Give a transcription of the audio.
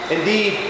Indeed